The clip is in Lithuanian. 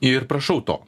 ir prašau to